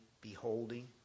beholding